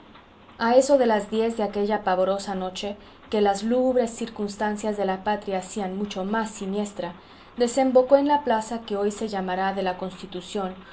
a eso de las diez de aquella pavorosa noche que las lúgubres circunstancias de la patria hacían mucho más siniestra desembocó en la plaza que hoy se llamará de la constitución